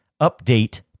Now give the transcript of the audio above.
update